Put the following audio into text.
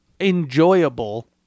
enjoyable